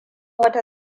wata